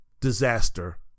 disaster